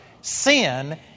sin